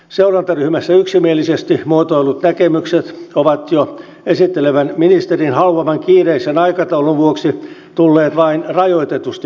seurantaryhmässä yksimielisesti muotoillut näkemykset ovat jo esittelevän ministerin haluaman kiireisen aikataulun vuoksi tulleet vain rajoitetusti huomioiduiksi